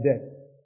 debts